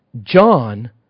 John